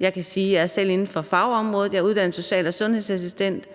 jeg selv er inden for fagområdet. Jeg er uddannet social- og sundhedsassistent,